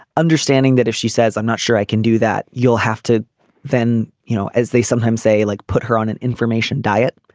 understanding that if she says i'm not sure i can do that you'll have to then you know as they sometimes say like put her on an information diet